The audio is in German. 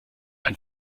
ein